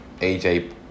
AJ